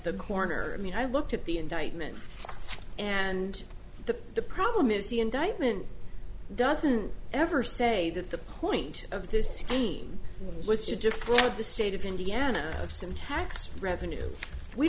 the corner i mean i looked at the indictment and the the problem is the indictment doesn't ever say that the point of this game was just throughout the state of indiana of some tax revenue we